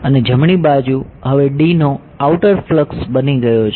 અને જમણી બાજુ હવે D નો આઉટર ફ્લક્સ બની ગયો છે